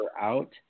out